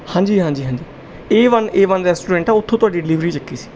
ਹਾਂਜੀ ਹਾਂਜੀ ਹਾਂਜੀ A one A one restaurant ਆ ਉੱਥੋਂ ਤੁਹਾਡੀ ਡਿਲੀਵਰੀ ਚੁੱਕੀ ਸੀ